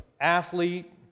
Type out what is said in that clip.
athlete